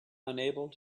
unable